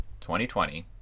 2020